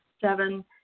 Seven